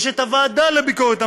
יש את הוועדה לביקורת המדינה,